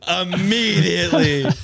immediately